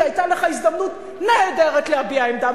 כי היתה לך הזדמנות נהדרת להביע עמדה.